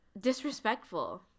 disrespectful